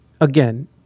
again